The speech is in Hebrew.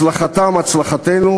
הצלחתם הצלחתנו.